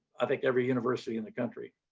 i think every university in the country.